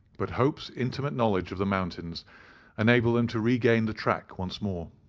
but hope's intimate knowledge of the mountains enabled them to regain the track once more.